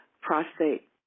prostate